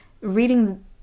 reading